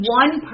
one